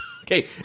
Okay